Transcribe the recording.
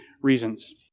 reasons